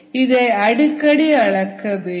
இதை அடிக்கடி அளக்க வேண்டும்